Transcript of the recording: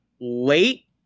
late